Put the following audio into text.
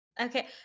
Okay